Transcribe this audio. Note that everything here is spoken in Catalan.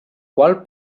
qual